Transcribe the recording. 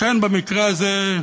לכן, במקרה הזה,